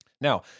Now